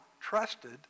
trusted